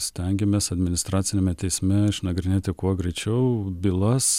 stengiamės administraciniame teisme išnagrinėti kuo greičiau bylas